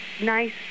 nice